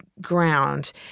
ground